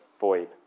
void